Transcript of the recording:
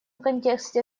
контексте